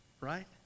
Right